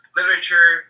literature